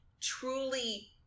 truly